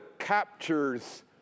captures